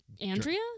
Andrea